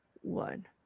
one